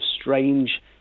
strange